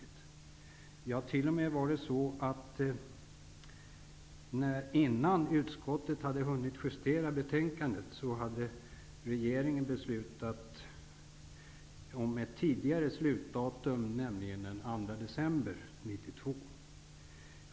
Ja, det var t.o.m. så att innan utskottet hade hunnit justera betänkandet, hade regeringen beslutat om ett tidigare slutdatum, nämligen den 2 december 1992.